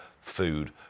food